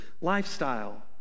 lifestyle